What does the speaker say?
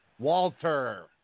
Walter